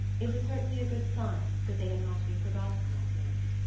it was certainly a good sign that they had not been forgotten that night.